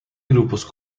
grupos